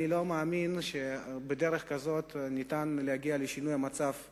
אני לא מאמין שבדרך כזאת ניתן להגיע לשינוי המצב באירן.